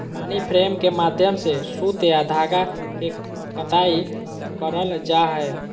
पानी फ्रेम के माध्यम से सूत या धागा के कताई करल जा हय